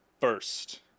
First